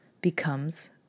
becomes